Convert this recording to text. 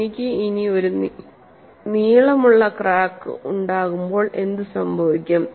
എനിക്ക് ഇനി ഒരു നീളമുള്ള ക്രാക്ക് ഉണ്ടാകുമ്പോൾ എന്തുസംഭവിക്കും